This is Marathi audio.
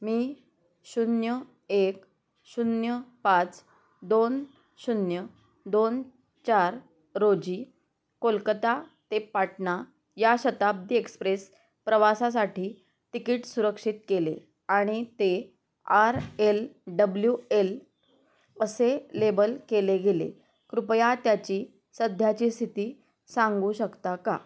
मी शून्य एक शून्य पाच दोन शून्य दोन चार रोजी कोलकता ते पाटणा या शताब्दी एक्सप्रेस प्रवासासाठी तिकीट सुरक्षित केले आणि ते आर एल डब्ल्यू एल असे लेबल केले गेले कृपया त्याची सध्याची स्थिती सांगू शकता का